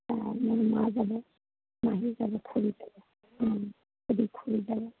অ' মোৰ মা যাব মাহী যাব খুৰী যাব খুৰী যাব